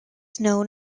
known